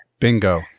Bingo